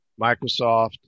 Microsoft